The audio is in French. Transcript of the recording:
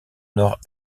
nord